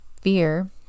fear